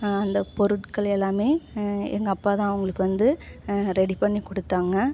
அந்த பொருட்கள் எல்லாமே எங்கள் அப்பாதான் அவங்களுக்கு வந்து ரெடி பண்ணி கொடுத்தாங்க